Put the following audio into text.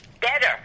better